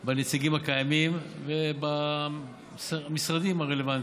עם הנציגים הקיימים ובמשרדים הרלוונטיים.